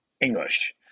English